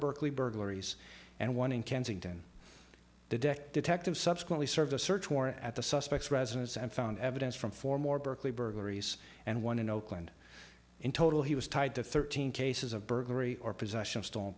berkeley burglaries and one in kensington the deck detective subsequently serve a search warrant at the suspects residence and found evidence from four more berkeley burglaries and one in oakland in total he was tied to thirteen cases of burglary or possession of stolen